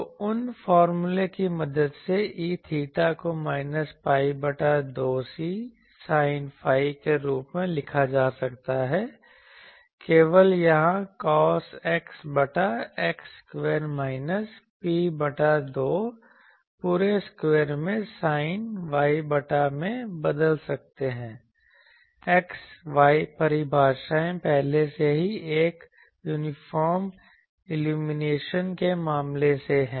तो उन फार्मूले की मदद से E𝚹 को माइनस pi बटा 2 C sin phi के रूप में लिखा जा सकता है केवल यहाँ cos X बटा X स्क्वायर माइनस pi बटा 2 पूरे स्क्वायर में sin Y बटा Y में बदल सकते हैं X Y परिभाषाएँ पहले से ही एक यूनिफॉर्म इल्यूमिनेशन के मामले से हैं